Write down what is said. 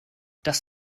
das